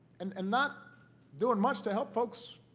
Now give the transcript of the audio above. and and not doing much to help folks